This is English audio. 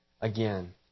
again